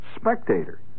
spectator